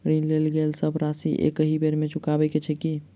ऋण लेल गेल सब राशि एकहि बेर मे चुकाबऽ केँ छै की?